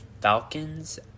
Falcons